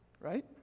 right